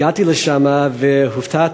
הגעתי לשם והופתעתי: